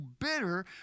bitter